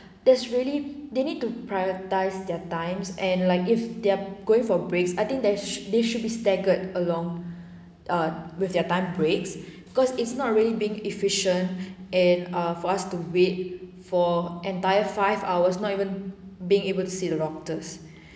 that's really they need to prioritize their times and like if they're going for breaks I think that they should be staggered along ah with their time breaks cause it's not really being efficient and uh for us to wait for entire five hours not even being able to see the doctors